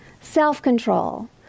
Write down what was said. self-control